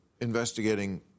investigating